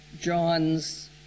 Johns